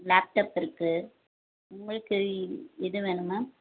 laptop இருக்குது உங்களுக்கு எது வேணும் மேம்